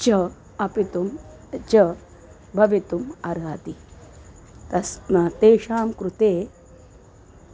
च अपितु च भवितुम् अर्हति तस्य तेषां कृते